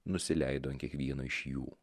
nusileido ant kiekvieno iš jų